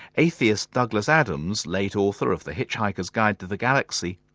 atheist douglas adams, late author of the hitchhiker's guide to the galaxy,